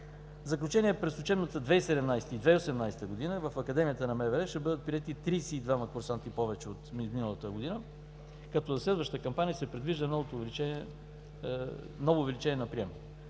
заключение: през учебната 2017 – 2018 г. в Академията на МВР ще бъдат приети 32 курсанти повече от миналата година, като за следващата кампания се предвижда ново увеличение на приема.